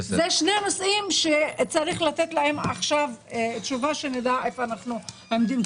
אלו שני נושאים שצריך לתת להם עכשיו תשובה שנדע איפה אנחנו עומדים.